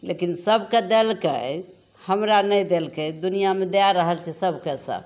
लेकिन सभकेँ देलकै हमरा नहि देलकै दुनिआँमे दै रहल छै सभकेँ सभ